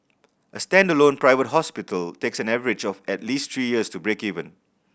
a standalone private hospital takes an average of at least three years to break even